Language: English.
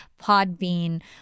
Podbean